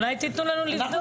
אולי תתנו לנו לבדוק.